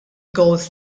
gowls